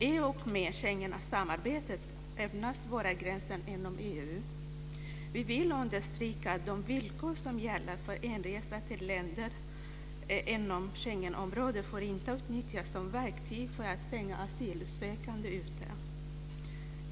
I och med Schengensamarbetet öppnas våra gränser inom EU. Vi vill understryka att de villkor som gäller för inresa till länder inom Schengenområdet inte får utnyttjas som verktyg för att stänga asylsökande ute.